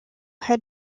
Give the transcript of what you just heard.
had